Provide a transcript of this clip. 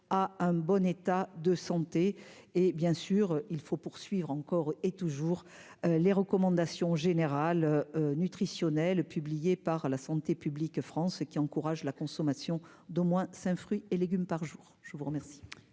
à un bon état de santé et, bien sûr, il faut poursuivre, encore et toujours les recommandations générales nutritionnelle, publié par la santé publique France qui encourage la consommation d'au moins 5 fruits et légumes par jour, je vous remercie.